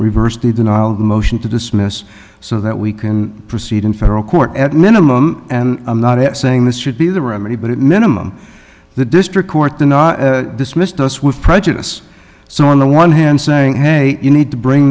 reverse the denial the motion to dismiss so that we can proceed in federal court at minimum and i'm not at saying this should be the remedy but it minimum the district court in dismissed us with prejudice so on the one hand saying hey you need to bring